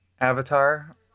avatar